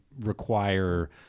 require